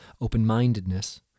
open-mindedness